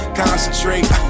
concentrate